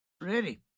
Ready